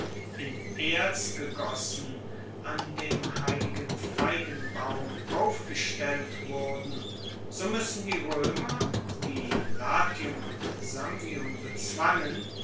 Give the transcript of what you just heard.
in erz gegossen an dem heiligen feigenbaum aufgestellt wurden so muessen die roemer die latium und samnium bezwangen